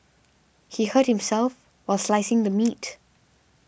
he hurt himself while slicing the meat